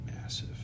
massive